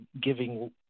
giving –